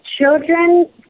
children